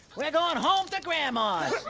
we're goin' home to grandma's.